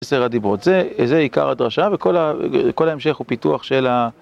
עשר הדיברות זה, זה עיקר הדרשה, וכל ההמשך הוא פיתוח של ה...